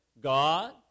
God